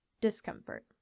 discomfort